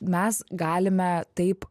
mes galime taip